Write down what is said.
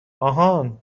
آهان